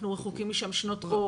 אנחנו רחוקים משם שנות אור,